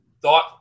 thought